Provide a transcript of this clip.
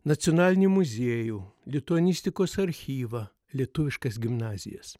nacionalinį muziejų lituanistikos archyvą lietuviškas gimnazijas